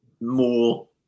more